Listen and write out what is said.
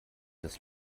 das